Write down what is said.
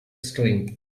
stream